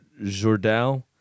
Jordal